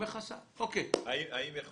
האם יכול